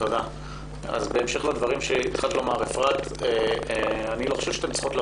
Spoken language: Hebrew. בהמשך לדברים שאפרת שוקרון התחילה לומר,